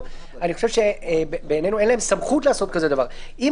אני חושב שבעינינו אין להם סמכות לעשות דבר כזה.